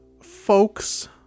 folks